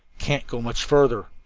can't go much further.